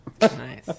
Nice